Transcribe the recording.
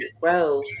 grow